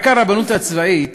רק הרבנות הצבאית